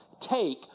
take